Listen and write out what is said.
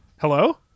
Hello